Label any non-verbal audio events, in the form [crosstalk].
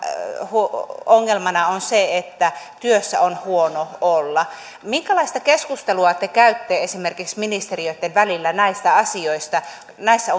ongelmana on se että työssä on huono olla minkälaista keskustelua te käytte esimerkiksi ministeriöitten välillä näistä asioista näissä [unintelligible]